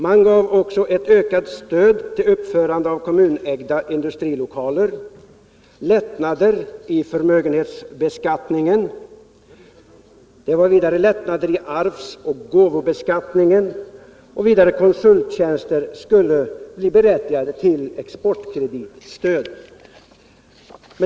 Man gav också ett ökat stöd till uppförande av kommunägda industrilokaler, lättnader i företagsbeskattningen samt lättnader i arvsoch gåvobeskattningen. Vidare innebar propositionen att konsulttjänster skulle bli berättigade till exportkreditstöd.